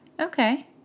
Okay